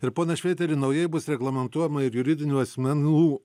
ir ponas šveiteri naujai bus reglamentuojama ir juridinių asmenų